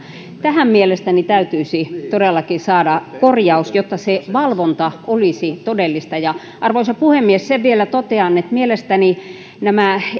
tähän mielestäni täytyisi todellakin saada korjaus jotta se valvonta olisi todellista arvoisa puhemies sen vielä totean että mielestäni nämä